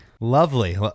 Lovely